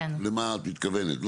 למה את מתכוונת?